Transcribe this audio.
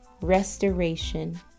restoration